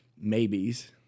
maybes